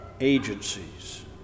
agencies